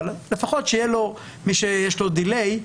אבל לפחות מי שיש לו דיליי,